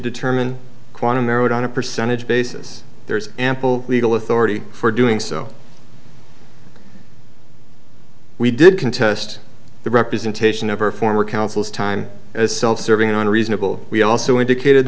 determine quantum merit on a percentage basis there is ample legal authority for doing so we did contest the representation of our former counsel's time as self serving on a reasonable we also indicated